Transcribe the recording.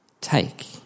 take